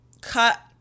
cut